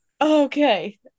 Okay